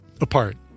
apart